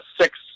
six